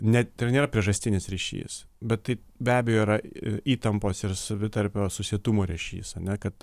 net ir nėra priežastinis ryšys bet tai be abejo yra įtampos ir savitarpio susietumo ryšys ane kad